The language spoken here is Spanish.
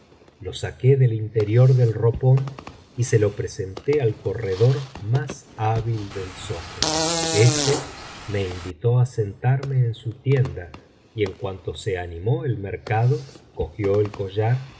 lo saqué del interior del ropón y se lo presenté al corredor más hábil del zoco éste me invitó á sentarme en su tienda y en cuanto se animó el mercado cogió el collar me